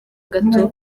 gato